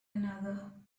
another